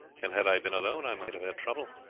and had i been alone i might have had trouble.